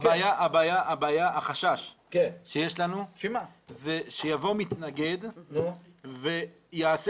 החשש שיש לו לנו הוא שיבוא מתנגד ויעשה